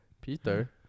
Peter